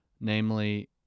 namely